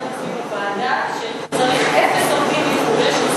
אצלי בוועדה שצריך אפס עובדים מחוץ-לארץ,